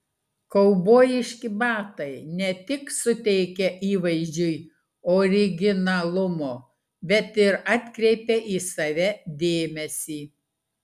kaubojiški batai ne tik suteikia įvaizdžiui originalumo bet ir atkreipia į save dėmesį